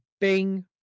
bing